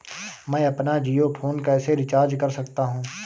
मैं अपना जियो फोन कैसे रिचार्ज कर सकता हूँ?